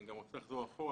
אני גם רוצה לחזור אחורה.